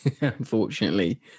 unfortunately